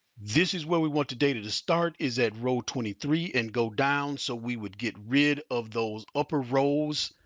this is where we want the data to start is at row twenty three and go down. so we would get rid of those upper rows,